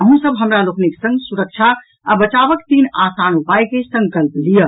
अहूँ सभ हमरा लोकनिक संग सुरक्षा आ बचावक तीन आसान उपायक संकल्प लियऽ